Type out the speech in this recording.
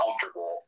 comfortable